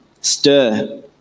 stir